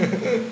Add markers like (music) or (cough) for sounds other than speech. (laughs)